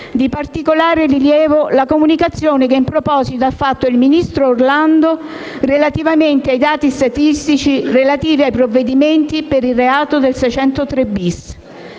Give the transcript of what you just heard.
di particolare rilievo la comunicazione che in proposito ha fatto il ministro Orlando relativamente ai dati statistici relativi ai procedimenti per il reato di cui